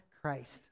Christ